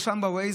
הוא שם ב-Waze.